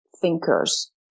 Thinkers